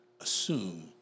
assume